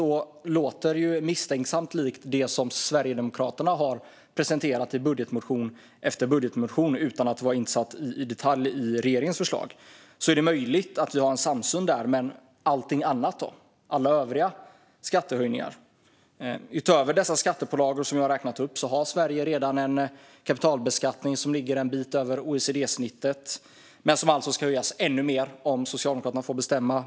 Det låter också misstänkt likt det som Sverigedemokraterna har presenterat i budgetmotion efter budgetmotion, även om jag inte är insatt i detalj i regeringens förslag, så det är möjligt att vi har samsyn där. Men allting annat då - alla övriga skattehöjningar? Utöver de skattepålagor som jag räknat upp har Sverige redan en kapitalbeskattning som ligger en bit över OECD-snittet, men den ska alltså höjas ännu mer om Socialdemokraterna får bestämma.